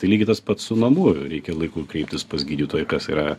tai lygiai tas pats su namu reikia laiku kreiptis pas gydytoją kas yra